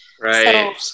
Right